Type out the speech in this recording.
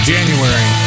January